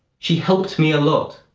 she helped me a lot,